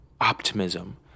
optimism